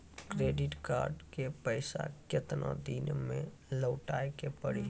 Credit card के पैसा केतना दिन मे लौटाए के पड़ी?